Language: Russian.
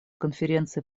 конференции